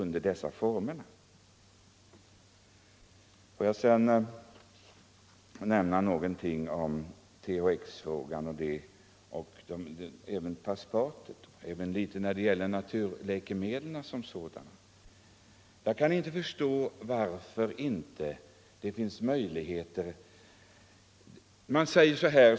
Låt mig sedan nämna något om THX, om Paspat och om naturläkemedlen som sådana.